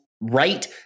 right